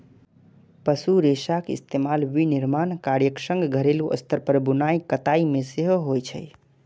पशु रेशाक इस्तेमाल विनिर्माण कार्यक संग घरेलू स्तर पर बुनाइ कताइ मे सेहो होइ छै